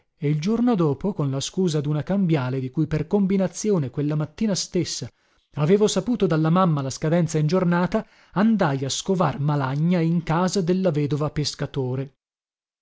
e il giorno dopo con la scusa duna cambiale di cui per combinazione quella mattina stessa avevo saputo dalla mamma la scadenza in giornata andai a scovar malagna in casa della vedova pescatore